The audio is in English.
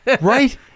right